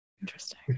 Interesting